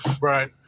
right